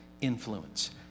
influence